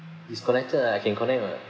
it's connected lah I can connect [what]